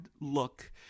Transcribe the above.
look